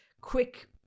quick